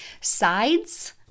Sides